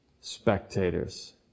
spectators